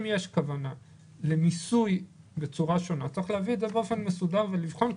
אם יש כוונה למיסוי בצורה שונה צריך להביא את זה באופן מסודר ולבחון,